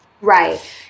right